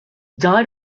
died